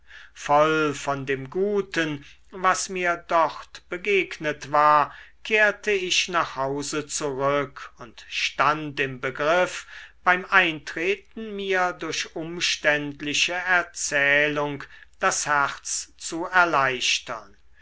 voll von dem guten was mir dort begegnet war kehrte ich nach hause zurück und stand im begriff beim eintreten mir durch umständliche erzählung das herz zu erleichtern